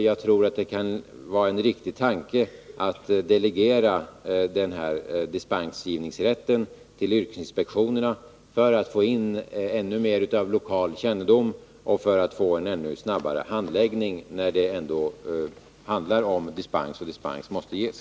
Jag tror det kan vara en riktig tanke att man skall delegera dispensgivningsrätten till yrkesinspektionerna för att få in ännu mer av lokal kännedom och för att få en ännu snabbare handläggning när det ändå är fråga om dispens, och dispens måste ges.